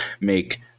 make